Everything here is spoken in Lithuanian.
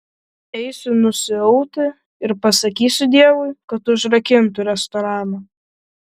eisiu nusiauti ir pasakysiu deivui kad užrakintų restoraną